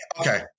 okay